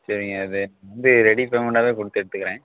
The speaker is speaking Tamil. சரிங்க இது வந்து ரெடி பேமண்ட்டாகவே கொடுத்து எடுத்துக்கிறேன்